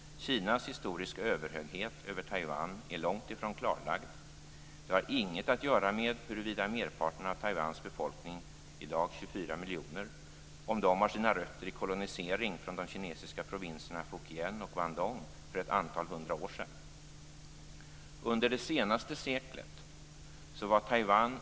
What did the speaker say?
Kinas historiska överhöghet över Taiwan är långt ifrån klarlagd. Det har inget att göra med huruvida merparten av Taiwans befolkning på i dag 24 miljoner har sina rötter i kolonisering från de kinesiska provinserna Fukien och Kwandong för ett antal hundra år sedan. har Taiwan styrts från Taipei.